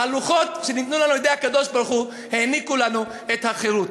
הלוחות שניתנו לנו על-ידי הקדוש-ברוך-הוא העניקו לנו את החירות.